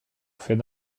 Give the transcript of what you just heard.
fait